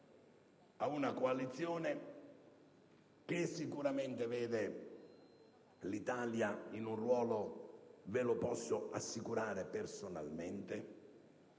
ad una coalizione che sicuramente vede l'Italia in un ruolo - ve lo posso assicurare personalmente